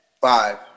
Five